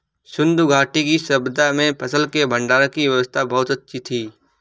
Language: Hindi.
सिंधु घाटी की सभय्ता में फसल के भंडारण की व्यवस्था बहुत अच्छी थी